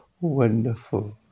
Wonderful